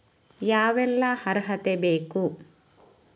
ಯಾವೆಲ್ಲ ಅರ್ಹತೆ ಬೇಕು?